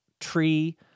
tree